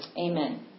amen